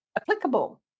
applicable